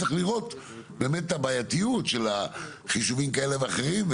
צריך לראות באמת את הבעייתיות של החישובים כאלה ואחרים,